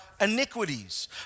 iniquities